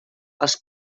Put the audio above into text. els